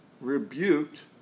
rebuked